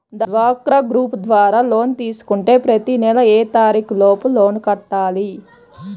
డ్వాక్రా గ్రూప్ ద్వారా లోన్ తీసుకుంటే ప్రతి నెల ఏ తారీకు లోపు లోన్ కట్టాలి?